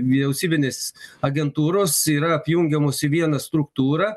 vyriausybinės agentūros yra apjungiamos į vieną struktūrą